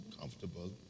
comfortable